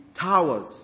towers